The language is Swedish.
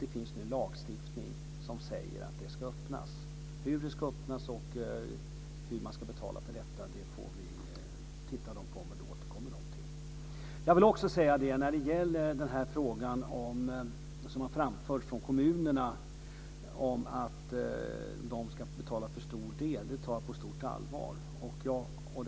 Det finns en lagstiftning som säger att accessnätet ska öppnas. Post och telestyrelsen ser över hur det ska ske och hur man ska betala. Den återkommer till det. Jag vill meddela en nyhet till kammaren.